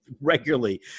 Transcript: regularly